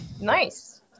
Nice